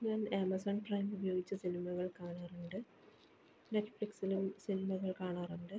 ഞാൻ Amazon Prime ഉപയോഗിച്ച് സിനിമകൾ കാണാറുണ്ട് നെറ്റ്ഫ്ലിക്സിലും സിനിമകൾ കാണാറുണ്ട്